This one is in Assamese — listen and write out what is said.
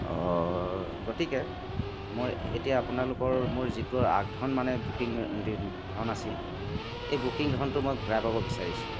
অঁ গতিকে মই এতিয়া আপোনালোকৰ মোৰ যিটোৰ আগধন মানে বুকিং দি ধন আছিল এই বুকিং ধনটো মই ঘূৰাই পাব বিচাৰিছোঁ